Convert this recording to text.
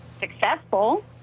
successful